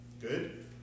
good